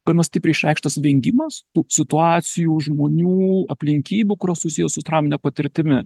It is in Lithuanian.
gana stipriai išreikštas vengimas tų situacijų žmonių aplinkybių kurios susiję su traumine patirtimi